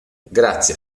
grazie